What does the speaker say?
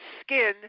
skin